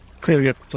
clearly